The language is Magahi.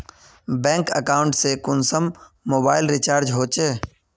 बैंक अकाउंट से कुंसम मोबाईल रिचार्ज होचे?